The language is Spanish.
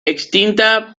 extinta